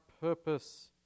purpose